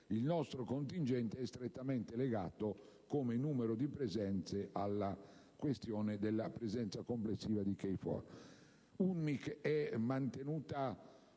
del nostro contingente è strettamente legata, in termini numerici, alla questione della presenza complessiva di KFOR.